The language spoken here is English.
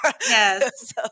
Yes